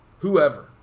whoever